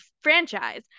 franchise